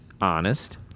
honest